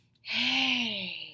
hey